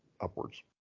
upwards